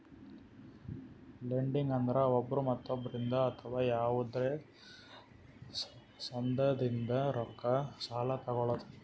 lending ಅಂದ್ರ ಒಬ್ರ್ ಮತ್ತೊಬ್ಬರಿಂದ್ ಅಥವಾ ಯವಾದ್ರೆ ಸಂಘದಿಂದ್ ರೊಕ್ಕ ಸಾಲಾ ತೊಗಳದು